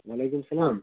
وعلیکُم سَلام